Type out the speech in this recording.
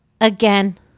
again